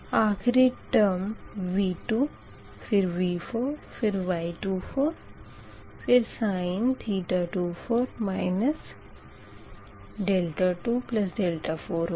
आख़िरी टर्म V2फिर V4 फिर Y24फिर sin 24 24 होगी